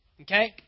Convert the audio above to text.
Okay